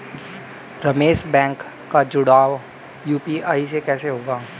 Ramesh bank का जुड़ाव UPI से कैसे होगा?